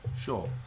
Sure